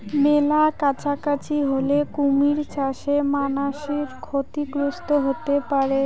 মেলা কাছাকাছি হলে কুমির চাষে মানাসি ক্ষতিগ্রস্ত হতে পারে